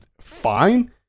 fine